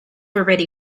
already